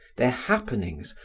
their happenings,